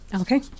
Okay